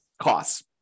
costs